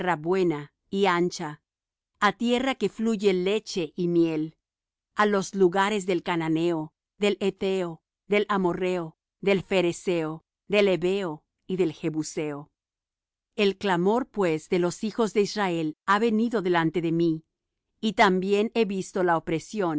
buena y ancha á tierra que fluye leche y miel á los lugares del cananeo del hetheo del amorrheo del pherezeo del heveo y del jebuseo el clamor pues de los hijos de israel ha venido delante de mí y también he visto la opresión